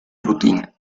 rutina